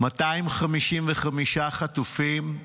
255 חטופים,